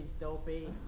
dopey